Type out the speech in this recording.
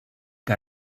que